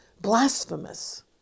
blasphemous